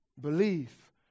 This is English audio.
belief